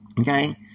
Okay